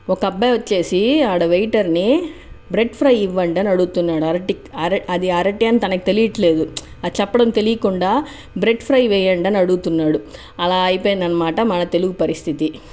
ఒక అబ్బాయి వచ్చేసి ఆడ వెయిటర్ని బ్రెడ్ ఫ్రై ఇవ్వండి అని అడుగుతున్నాడు అరటి అది అరటి అని తనకు తెలియట్లేదు ప్చ్ అది చెప్పడం తెలీయకుండా బ్రెడ్ ఫ్రై వెయ్యండి అని అడుగుతున్నాడు అలా అయిపొయింది అనమాట మన తెలుగు పరిస్థితి